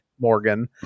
Morgan